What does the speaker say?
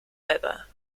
leather